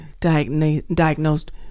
diagnosed